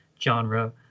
genre